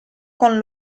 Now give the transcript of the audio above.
con